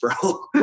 bro